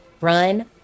Run